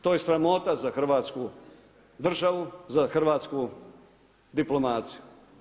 To je sramota za Hrvatsku državu, za hrvatsku diplomaciju.